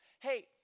hey